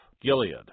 Gilead